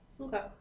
Okay